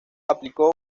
aplicó